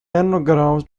nanograms